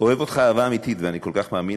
אוהב אותך אהבה אמיתית ואני כל כך מאמין